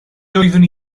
doeddwn